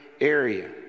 area